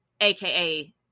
aka